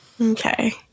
Okay